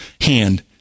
hand